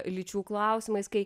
lyčių klausimais kai